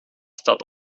staat